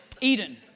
Eden